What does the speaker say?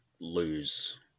lose